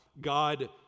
God